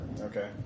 Okay